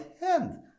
hand